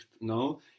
no